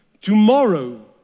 tomorrow